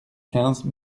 quinze